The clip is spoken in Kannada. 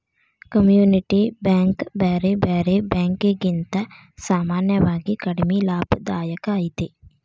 ಕಮ್ಯುನಿಟಿ ಬ್ಯಾಂಕ್ ಬ್ಯಾರೆ ಬ್ಯಾರೆ ಬ್ಯಾಂಕಿಕಿಗಿಂತಾ ಸಾಮಾನ್ಯವಾಗಿ ಕಡಿಮಿ ಲಾಭದಾಯಕ ಐತಿ